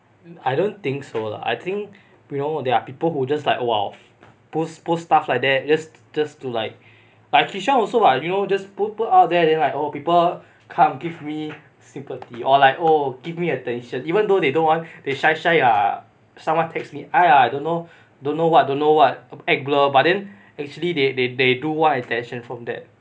I don't think so lah I think you know there are people who just like !wow! post post stuff like that just just to like kishan also [what] you know just put out there then like people come give me sympathy or like oh give me attention even though they don't want they shy shy ah someone text me !aiya! don't know don't know what don't know what act blur but then actually they they they do want attention from that